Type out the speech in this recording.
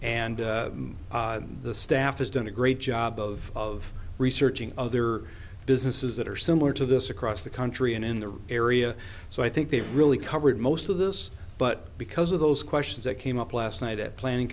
and the staff has done a great job of researching other businesses that are similar to this across the country and in the area so i think they've really covered most of this but because of those questions that came up last night at planning